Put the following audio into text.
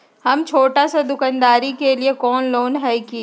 हम छोटा सा दुकानदारी के लिए कोई लोन है कि?